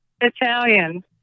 Italian